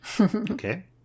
Okay